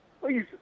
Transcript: Please